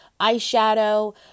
eyeshadow